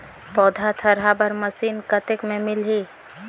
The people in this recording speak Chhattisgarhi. पौधा थरहा बर मशीन कतेक मे मिलही?